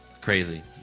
Crazy